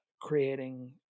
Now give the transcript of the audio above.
creating